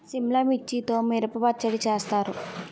సిమ్లా మిర్చితో మిరప పచ్చడి చేస్తారు